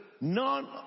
none